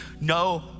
no